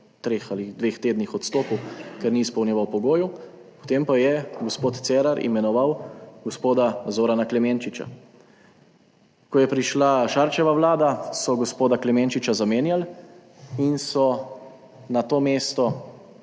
treh ali dveh tednih odstopil, ker ni izpolnjeval pogojev, potem pa je gospod Cerar imenoval gospoda Zorana Klemenčiča. Ko je prišla Šarčeva vlada, so gospoda Klemenčiča zamenjali in so na to mesto